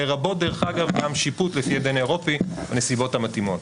לרבות דרך אגב גם שיפוט לפי הדין האירופי בנסיבות המתאימות.